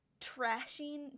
trashing